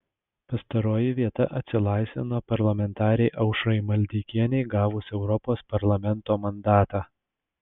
pastaroji vieta atsilaisvino parlamentarei aušrai maldeikienei gavus europos parlamento mandatą